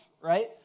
right